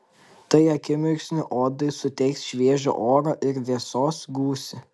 tai akimirksniui odai suteiks šviežio oro ir vėsos gūsį